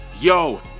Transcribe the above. yo